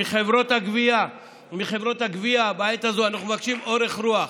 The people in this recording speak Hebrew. מחברות הגבייה בעת הזאת אנחנו מבקשים אורך רוח,